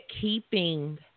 keeping